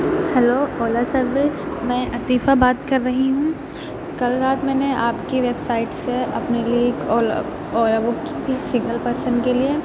hello Ola service میں عطیفہ بات کر رہی ہوں کل رات میں نے آپ کی ویب سائٹ سے اپنے لیے ایک اولا بک کی تھی سنگل پرسن کے لیے